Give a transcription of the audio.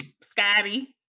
Scotty